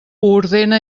ordena